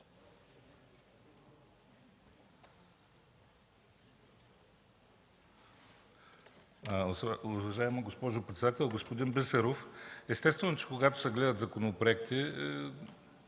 Уважаема госпожо председател! Господин Бисеров, естествено, че когато се гледат законопроекти,